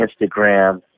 Instagram